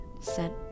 sent